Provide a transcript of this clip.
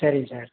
சரிங்க சார்